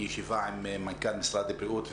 הישיבה עם מנכ"ל משרד הבריאות,